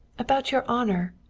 about your honor.